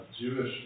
Jewish